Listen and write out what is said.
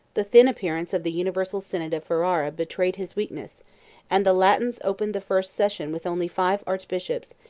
the thin appearance of the universal synod of ferrara betrayed his weakness and the latins opened the first session with only five archbishops,